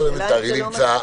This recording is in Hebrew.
פרלמנטרי נמצא,